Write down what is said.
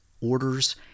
orders